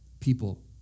people